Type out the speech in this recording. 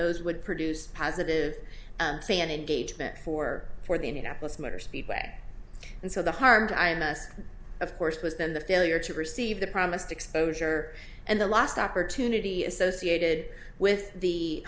those would produce positive fan engagement for for the indianapolis motor speedway and so the hard imus of course has been the failure to receive the promised exposure and the lost opportunity associated with the